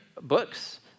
books